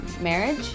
marriage